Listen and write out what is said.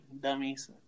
dummies